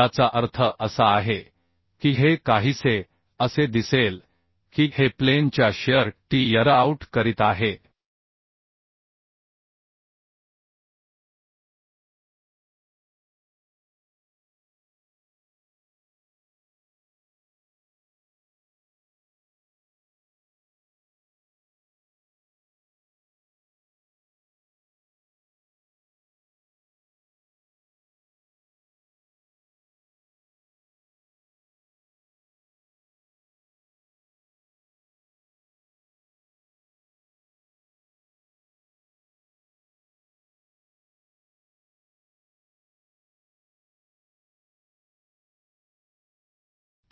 याचा अर्थ असा आहे की हे काहीसे असे दिसेल की हे प्लेन च्या shear tear out करीत आहे